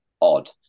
odd